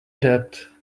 adapt